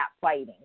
fighting